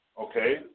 okay